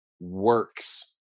Works